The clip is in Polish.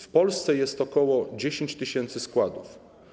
W Polsce jest ok. 10 tys. składów.